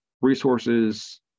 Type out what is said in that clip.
resources